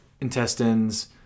intestines